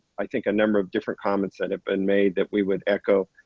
i think, a number of different comments that have been made that we would echo.